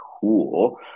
cool